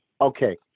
Okay